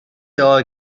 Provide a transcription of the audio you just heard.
دعا